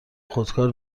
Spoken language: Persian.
خودکار